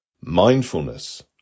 Mindfulness